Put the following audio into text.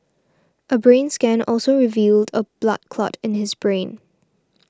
a brain scan also revealed a blood clot in his brain